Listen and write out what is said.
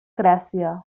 gràcia